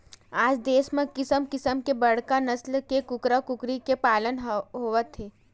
आज देस म किसम किसम के बड़का नसल के कूकरा कुकरी के पालन होवत हे